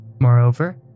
Moreover